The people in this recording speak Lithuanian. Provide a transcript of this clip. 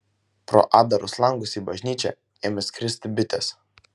pro atdarus langus į bažnyčią ėmė skristi bitės